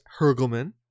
Hergelman